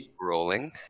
rolling